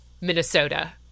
Minnesota